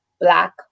black